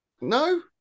No